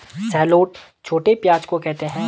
shallot छोटे प्याज़ को कहते है